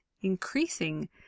increasing